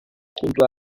junto